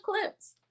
clips